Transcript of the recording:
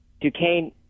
Duquesne